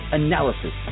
analysis